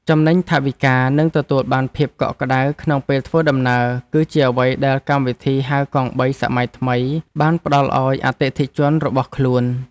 ចំណេញថវិកានិងទទួលបានភាពកក់ក្តៅក្នុងពេលធ្វើដំណើរគឺជាអ្វីដែលកម្មវិធីហៅកង់បីសម័យថ្មីបានផ្ដល់ឱ្យអតិថិជនរបស់ខ្លួន។